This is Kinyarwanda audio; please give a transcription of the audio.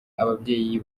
ababyeyi